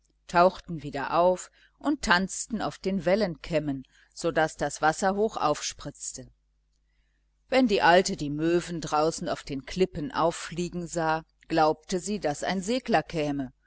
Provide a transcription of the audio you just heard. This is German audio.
tauchten wieder auf und tanzten auf den wellenkämmen so daß das wasser hoch aufspritzte wenn die alte die möwen draußen auf den klippen auffliegen sah glaubte sie daß ein segler käme